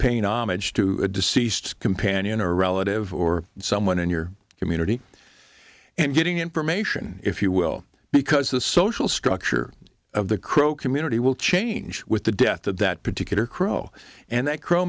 paying homage to a deceased companion or relative or someone in your community and getting information if you will because the social structure of the crow community will change with the death of that particular crow and that cr